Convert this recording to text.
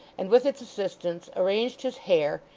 and with its assistance arranged his hair,